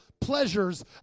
pleasures